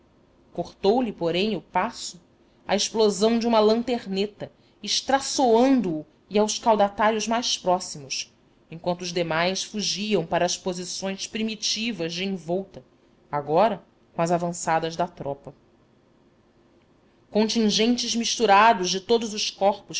cortou-lhe porém o passo a explosão de uma lanterneta